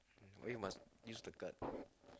then you must use the girt